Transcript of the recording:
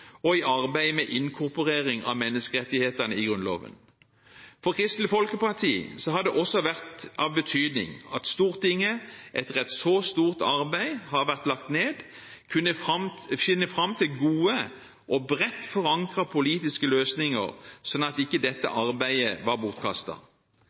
et stort arbeid med både språket i Grunnloven og med inkorporeringen av menneskerettighetene i Grunnloven. For Kristelig Folkeparti har det også vært av betydning at Stortinget etter at et så stort arbeid har vært lagt ned, kunne finne fram til gode og bredt forankrede politiske løsninger, sånn at